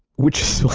which